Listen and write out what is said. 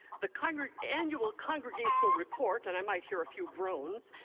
the kind of annual congregational report, and i might hear a few groans,